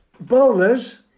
Bowlers